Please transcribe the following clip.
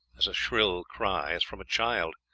as a shrill cry, as from a child,